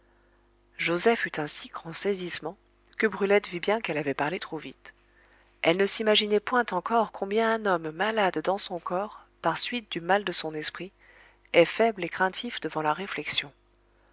joseph eut un si grand saisissement que brulette vit bien qu'elle avait parlé trop vite elle ne s'imaginait point encore combien un homme malade dans son corps par suite du mal de son esprit est faible et craintif devant la réflexion